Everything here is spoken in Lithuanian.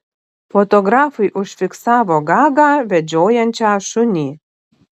fotografai užfiksavo gagą vedžiojančią šunį